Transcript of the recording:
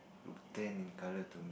look tan in colour to